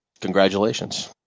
congratulations